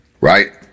right